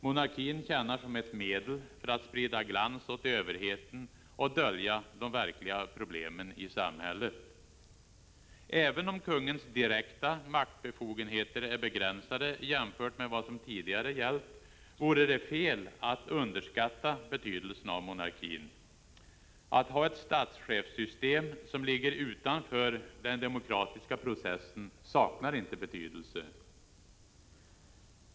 Monarkin tjänar som ett medel för att sprida glans över överheten och dölja de verkliga problemen i samhället. Även om kungens direkta maktbefogenheter är begränsade jämfört med vad som tidigare gällt vore det fel att underskatta betydelsen av monarkin. Att ha ett statschefssystem som ligger utanför den demokratiska processen saknar inte betydelse.